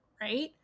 right